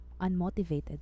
unmotivated